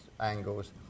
angles